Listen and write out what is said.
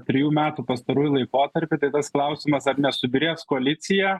trijų metų pastaruoju laikotarpį tai tas klausimas ar nesubyrės koalicija